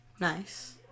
Nice